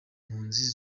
mpunzi